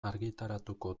argitaratuko